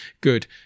Good